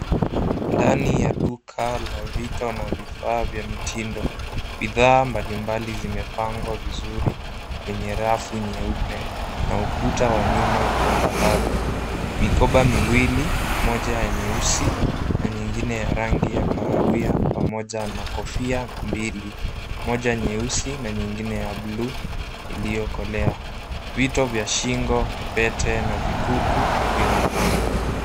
Ndani ya duka la vito na vifaa vya mitindo, bidhaa mbalimbali zimepangwa vizuri kwenye rafu nyeupe na ukuta wa nyuma wa dhahabu. Mikoba miwili, moja nyeusi na nyingine ya rangi ya kahawia pamoja na kofia mbili, moja nyeusi na nyingine ya blue iliokolea. Vito vya shingo, pete na vikuku vimepangwa.